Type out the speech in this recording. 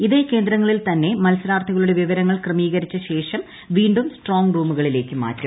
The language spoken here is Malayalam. ഇതേ കേന്ദ്രങ്ങളിൽതന്നെ മത്സരാർത്ഥികളുടെ വിവരങ്ങൾ ക്രമീകരിച്ച ശേഷം വീണ്ടും സ്ട്രോംഗ് റൂമുകളിലേക്ക് മാറ്റും